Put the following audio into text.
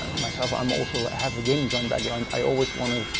um myself, i'm also, i have a game design background. i always wanna,